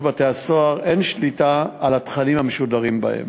בתי-הסוהר אין שליטה על התכנים המשודרים בהם.